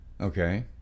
Okay